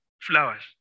flowers